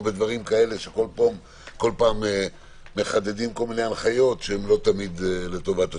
שבגללם כל פעם מחדדים הנחיות שונות שהן לא תמיד לטובת הציבור.